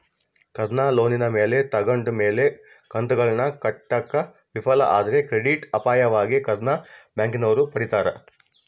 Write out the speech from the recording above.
ಕಾರ್ನ ಲೋನಿನ ಮ್ಯಾಲೆ ತಗಂಡು ಆಮೇಲೆ ಕಂತುಗುಳ್ನ ಕಟ್ಟಾಕ ವಿಫಲ ಆದ್ರ ಕ್ರೆಡಿಟ್ ಅಪಾಯವಾಗಿ ಕಾರ್ನ ಬ್ಯಾಂಕಿನೋರು ಪಡೀತಾರ